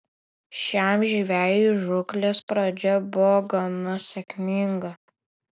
šiam žvejui žūklės pradžia buvo gana sėkminga